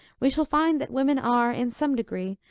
we shall find that women are, in some degree,